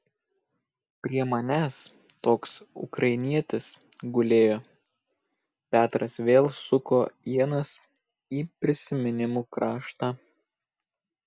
prie manęs toks ukrainietis gulėjo petras vėl suko ienas į prisiminimų kraštą